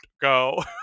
go